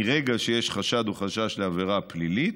מרגע שיש חשד או חשש לעבירה פלילית,